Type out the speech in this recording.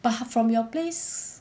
but from your place